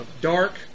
dark